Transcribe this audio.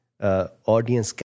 Audience